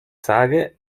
sage